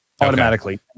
automatically